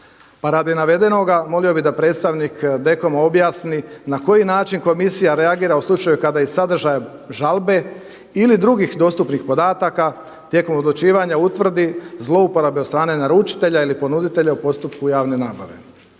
Pa radi navedenoga molio bih da predstavnik DKOM-a objasni na koji način komisija reagira u slučaju kada iz sadržaja žalbe ili drugih dostupnih podataka tijekom odlučivanja utvrdi zlouporabe od strane naručitelja ili ponuditelja u postupku javne nabave.